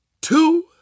two